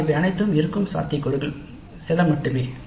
ஆனால் இவை அனைத்தும் இருக்கும் சாத்தியக்கூறுகள் சில மட்டுமே